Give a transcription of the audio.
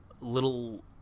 little